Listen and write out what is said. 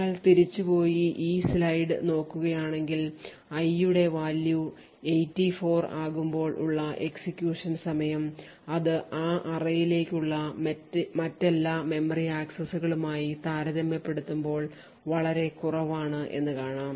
നിങ്ങൾ തിരിച്ചുപോയി ഈ പ്രത്യേക സ്ലൈഡ് നോക്കുകയാണെങ്കിൽ i യുടെ value 84 ആകുമ്പോൾ ഉള്ള എക്സിക്യൂഷൻ സമയം അത് ആ array യിലേക്കുള്ള മറ്റെല്ലാ മെമ്മറി ആക്സസുകളുമായി താരതമ്യപ്പെടുത്തുമ്പോൾ വളരെ കുറവാണ് എന്ന് കാണാം